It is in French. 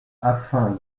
afin